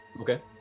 Okay